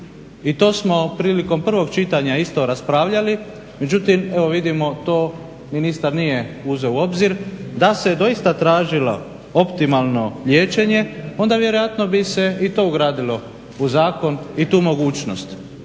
I to smo prilikom prvog čitanja isto raspravljali, međutim evo vidimo to ministar nije uzeo u obzir. Da se doista tražilo optimalno liječenje onda vjerojatno bi se i to ugradilo u zakon i tu mogućnost